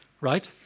right